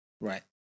Right